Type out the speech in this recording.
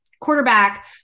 quarterback